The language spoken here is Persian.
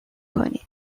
کنید